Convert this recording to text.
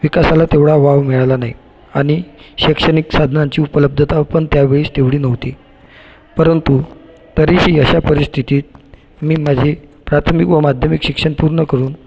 विकासाला तेवढा वाव मिळाला नाही आणि शैक्षणिक साधनांची उपलब्धता पण त्यावेळी तेवढी नव्हती परंतु तरीही अशा परिस्थितीत मी माझी प्राथमिक व माध्यमिक शिक्षण पूर्ण करून